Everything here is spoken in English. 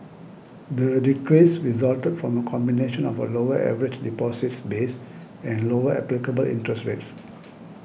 the decrease resulted from a combination of a lower average deposits base and lower applicable interest rates